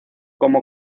como